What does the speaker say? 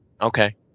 Okay